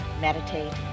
meditate